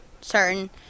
certain